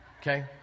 Okay